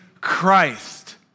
Christ